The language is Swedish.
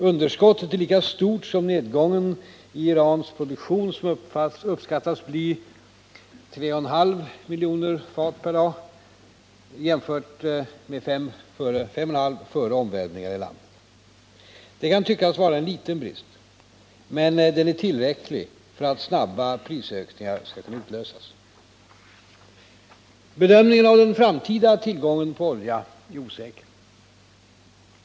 Underskottet är lika stort som nedgången i Irans produktion, som uppskattas bli 3,5 miljoner fat per dag, jämfört med 5,5 miljoner fat före omvälvningen i landet. Det kan tyckas vara en liten brist, men den är tillräcklig för att snabba prisökningar skall kunna utlösas. Bedömningen av den framtida tillgången på olja är osäker.